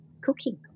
cooking